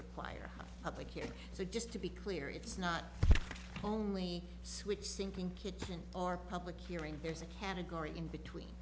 require public here so just to be clear it's not only switch sinking kitman our public hearing there's a category in between